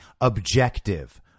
objective